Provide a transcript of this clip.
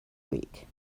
week